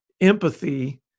empathy